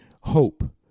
hope